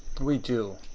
we do.